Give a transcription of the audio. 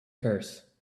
curse